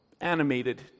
animated